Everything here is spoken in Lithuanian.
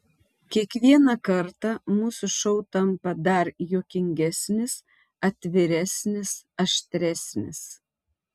kiekvieną kartą mūsų šou tampa dar juokingesnis atviresnis aštresnis